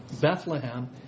Bethlehem